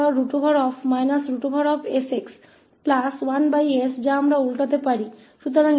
हमें 1se sx1s के बराबर समाधान 𝑈𝑥 𝑠 मिला जिसे हम उलटा कर सकते हैं